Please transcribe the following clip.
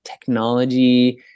technology